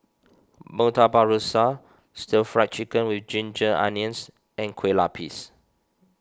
Murtabak Rusa Stir Fry Chicken with Ginger Onions and Kueh Lapis